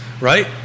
Right